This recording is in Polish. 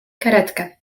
karetkę